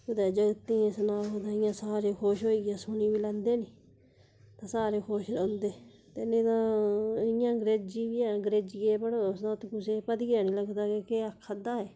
कुदै जागतें गी सनाओ ते इयां सारे खुश होइयै सुनी बी लैंदे नी ते सारे खुश रौंह्दे ते नि तै इ'यां अंग्रेज़ी बी ऐ अंग्रेजियै पढ़ो तुस कुसै गी पता गी नी लगदा कि केह् आक्खा दा ऐ